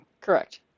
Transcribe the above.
Correct